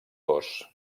dos